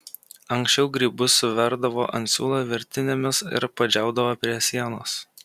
anksčiau grybus suverdavo ant siūlo virtinėmis ir padžiaudavo prie sienos